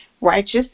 Righteous